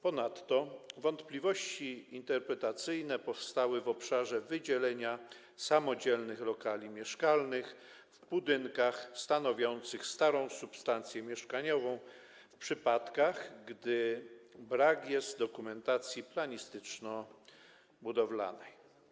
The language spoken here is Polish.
Ponadto wątpliwości interpretacyjne powstały w obszarze wydzielenia samodzielnych lokali mieszkalnych w budynkach stanowiących starą substancję mieszkaniową w przypadkach, gdy brak jest dokumentacji planistyczno-budowlanej.